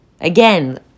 Again